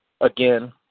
again